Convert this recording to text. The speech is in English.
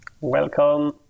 Welcome